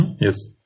Yes